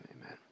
amen